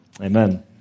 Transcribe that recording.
Amen